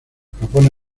propone